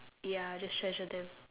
ya just treasure them